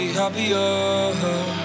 happier